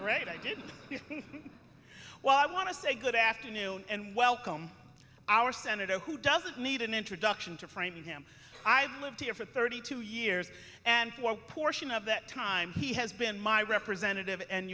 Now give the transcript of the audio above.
right i did well i want to say good afternoon and welcome our senator who doesn't need an introduction to framingham i've lived here for thirty two years and for portion of that time he has been my representative and